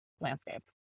landscape